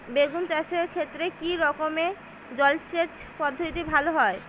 বেগুন চাষের ক্ষেত্রে কি রকমের জলসেচ পদ্ধতি ভালো হয়?